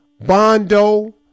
bondo